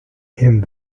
him